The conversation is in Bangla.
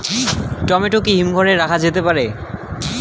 টমেটো কি হিমঘর এ রাখা যেতে পারে?